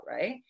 right